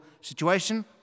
situation